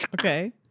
Okay